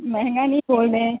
مہنگا نہیں بول رہے ہیں